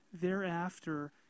thereafter